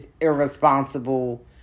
irresponsible